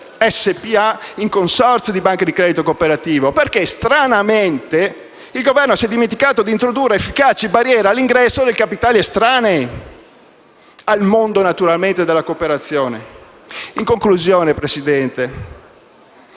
SpA in un consorzio di banche di credito cooperativo, perché stranamente il Governo si è dimenticato di introdurre efficaci barriere all'ingresso di capitali estranei al mondo della cooperazione. In conclusione, signora